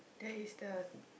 that is the